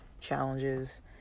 challenges